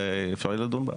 ואפשר יהיה לדון בה.